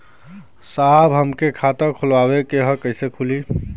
साहब हमके एक खाता खोलवावे के ह कईसे खुली?